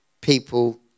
people